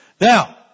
Now